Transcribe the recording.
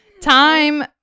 time